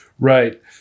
Right